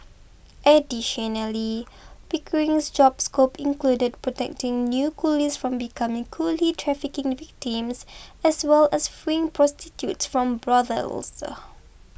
additionally Pickering's job scope included protecting new coolies from becoming coolie trafficking victims as well as freeing prostitutes from brothels